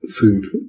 food